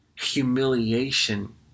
Humiliation